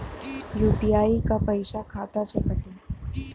UPI क पैसा खाता से कटी?